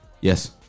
Yes